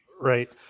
right